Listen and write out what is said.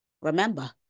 Remember